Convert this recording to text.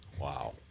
Wow